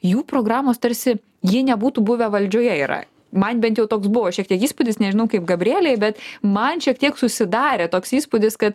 jų programos tarsi jie nebūtų buvę valdžioje yra man bent jau toks buvo šiek tiek įspūdis nežinau kaip gabrielei bet man šiek tiek susidarė toks įspūdis kad